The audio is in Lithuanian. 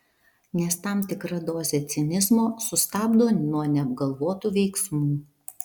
nes tam tikra dozė cinizmo sustabdo nuo neapgalvotų veiksmų